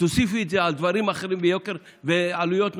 תוסיפי את זה על דברים אחרים ויוקר ועלויות נוספות,